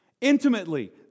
Intimately